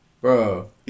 Bro